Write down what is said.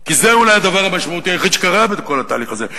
כי זה אולי הדבר המשמעותי היחיד שקרה בכל התהליך הזה.